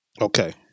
Okay